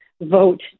vote